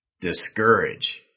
discourage